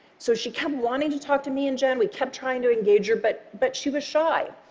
so she kept wanting to talk to me and jenn. we kept trying to engage her, but but she was shy.